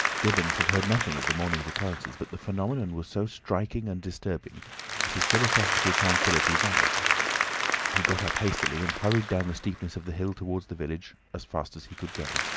gibbons had heard nothing of the morning's occurrences, but the phenomenon was so striking and disturbing that his philosophical tranquillity vanished he got up hastily, and hurried down the steepness of the hill towards the village, as fast as he could go.